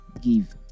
give